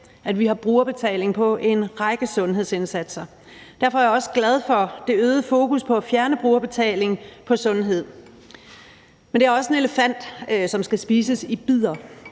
at vi har brugerbetaling på en række sundhedsindsatser. Derfor er jeg også glad for det øgede fokus på at fjerne brugerbetaling på sundhed. Men det er også en elefant, som skal spises i bidder,